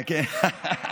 כן.